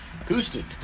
acoustic